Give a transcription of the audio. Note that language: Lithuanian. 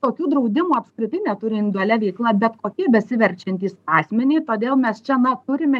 tokių draudimų apskritai neturi individualia veikla bet kokia besiverčiantys asmeniui todėl mes čia na turime